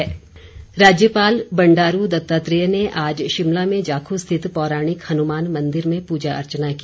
राज्यपाल राज्यपाल बंडारू दत्तात्रेय ने आज शिमला में जाखू स्थित पौराणिक हनुमान मंदिर में पूजा अर्चना की